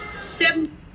Seven